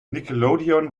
nickelodeon